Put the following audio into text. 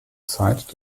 zeit